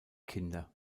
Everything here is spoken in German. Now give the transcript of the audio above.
kinder